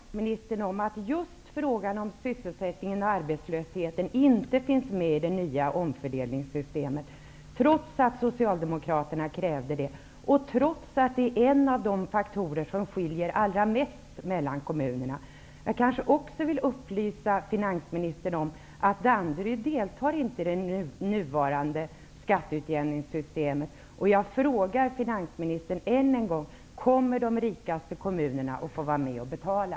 Herr talman! Jag kanske får upplysa finansministern om att just frågan om sysselsättningen och arbetslösheten inte finns med i det nya omfördelningssystemet, trots att Socialdemokraterna krävde det och trots att det är en av de faktorer som skiljer allra mest mellan kommunerna. Danderyd inte deltar i det nuvarande skatteutjämningssystemet. Jag frågar finansministern än en gång: Kommer de rikaste kommunerna att få vara med och betala?